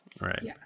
Right